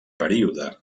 període